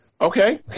Okay